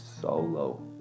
solo